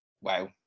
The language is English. Wow